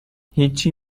هیچی